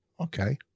Okay